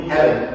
heaven